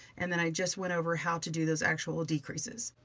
and then i just went over how to do those actual decreases.